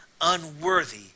unworthy